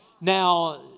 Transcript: Now